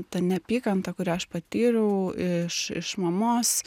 ta neapykanta kurią aš patyriau iš iš mamos